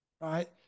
right